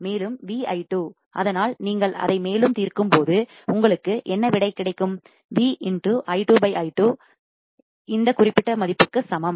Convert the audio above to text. மேலும் V i2 அதனால் நீங்கள் அதை மேலும் தீர்க்கும்போது உங்களுக்கு என்ன விடை கிடைக்கும் V i2 i 2 இந்த குறிப்பிட்ட மதிப்புக்கு சமம்